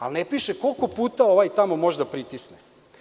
Ali, ne piše koliko puta onaj tamo može da pritisne.